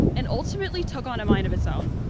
and ultimately took on a mind of its own.